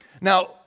Now